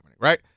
right